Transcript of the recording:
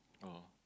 oh